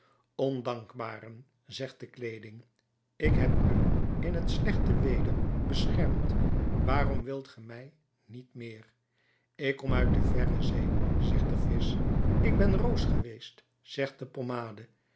ondankbaren zegt de kleeding ik heb u in t slechte weder beschermd waarom wilt ge mij niet meer ik kom uit de verre zee zegt de visch ik ben roos geweest zegt de pommade